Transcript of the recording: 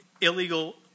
illegal